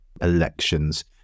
elections